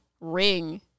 ring